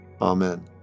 Amen